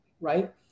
Right